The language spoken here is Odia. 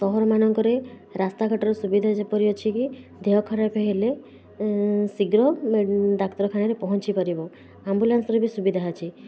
ସହରମାନଙ୍କରେ ରାସ୍ତାଘାଟର ସୁବିଧା ଯେପରି ଅଛି କି ଦେହ ଖରାପ ହେଲେ ଶୀଘ୍ର ମେ ଡାକ୍ତରଖାନରେ ପହଞ୍ଚି ପାରିବ ଆମ୍ବୁଲାନ୍ସର ବି ସୁବିଧା ଅଛି